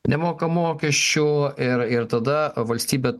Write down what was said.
nemoka mokesčių ir ir tada valstybė